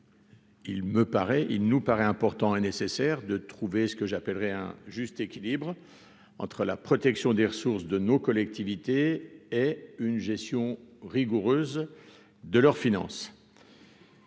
il nous paraît important et nécessaire de trouver ce que j'appellerais un juste équilibre entre la protection des ressources de nos collectivités et une gestion rigoureuse de leurs finances.